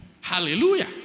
Hallelujah